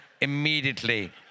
immediately